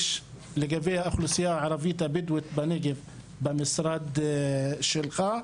לגבי האוכלוסייה הערבית הבדואית בנגב במשרד שלך?